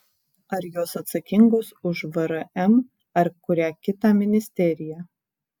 ar jos atsakingos už vrm ar kurią kitą ministeriją